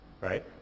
right